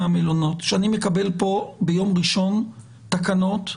אני מקבל כאן ביום ראשון תקנות,